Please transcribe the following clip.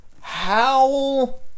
Howl